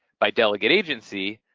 by delegate agency,